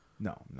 No